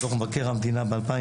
דו"ח מבקר המדינה ב-2015.